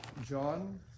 john